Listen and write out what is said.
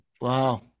Wow